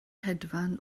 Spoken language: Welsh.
hedfan